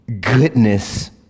goodness